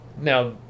Now